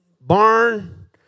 barn